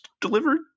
delivered